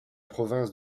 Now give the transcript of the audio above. province